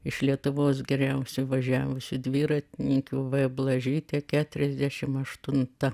iš lietuvos geriausių važiavusių dviratininkių v blažytė keturiasdešim aštunta